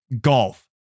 golf